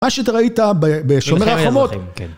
מה שאתה ראית בשומר החומות.